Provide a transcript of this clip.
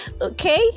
okay